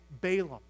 Balaam